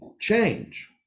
change